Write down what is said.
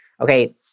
Okay